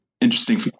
interesting